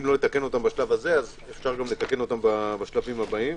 אם לא נתקן בשלב הזה, אפשר לתקן גם בשלבים הבאים.